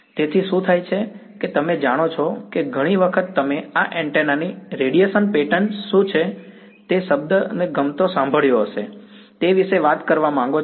તેથી શું થાય છે કે તમે જાણો છો કે ઘણી વખત તમે આ એન્ટેના ની રેડિયેશન પેટર્ન શું છે તે શબ્દને ગમતો સાંભળ્યો છે તે વિશે વાત કરવા માંગો છો